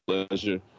pleasure